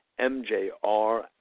MJR